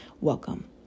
welcome